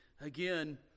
again